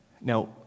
Now